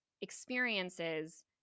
experiences